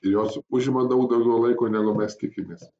ir jos užima daug daugiau laiko negu mes tikimės